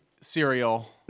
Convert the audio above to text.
cereal